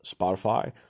Spotify